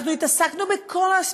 אנחנו התעסקנו בכל האספקטים: